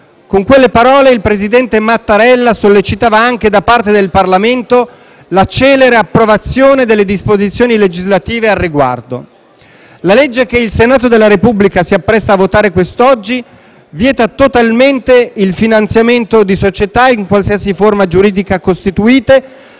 Con quelle parole il presidente Mattarella sollecitava anche da parte del Parlamento la celere approvazione delle disposizioni legislative al riguardo. La legge che il Senato della Repubblica si appresta a votare quest'oggi vieta totalmente il finanziamento di società, in qualsiasi forma giuridica costituite,